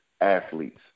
athletes